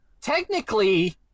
technically